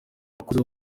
bakozi